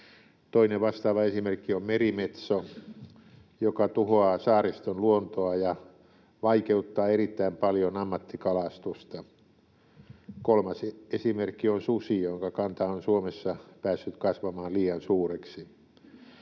Toinen vastaava esimerkki on merimetso, joka tuhoaa saariston luontoa ja vaikeuttaa erittäin paljon ammattikalastusta. Kolmas esimerkki on susi, jonka kanta on Suomessa päässyt kasvamaan liian suureksi.